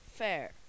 Fair